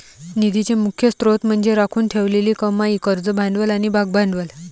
निधीचे मुख्य स्त्रोत म्हणजे राखून ठेवलेली कमाई, कर्ज भांडवल आणि भागभांडवल